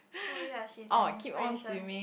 so ya she's like inspiration